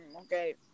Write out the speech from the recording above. okay